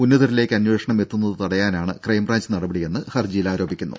ഉന്നതരിലേക്ക് അന്വേഷണം എത്തുന്നത് തടയാനാണ് ക്രൈംബ്രാഞ്ച് നടപടിയെന്ന് ഹർജിയിൽ ആരോപിക്കുന്നു